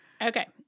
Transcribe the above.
Okay